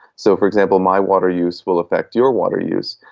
so, for example, my water use will affect your water use.